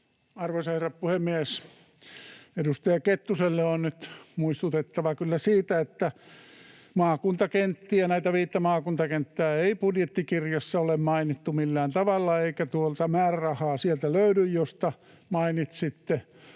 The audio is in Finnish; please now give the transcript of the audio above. Arvoisa herra puhemies! Edustaja Kettuselle on nyt muistutettava kyllä siitä, että maakuntakenttiä, näitä viittä maakuntakenttää, ei budjettikirjassa ole mainittu millään tavalla eikä sieltä löydy tuota määrärahaa, josta mainitsitte.